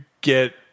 get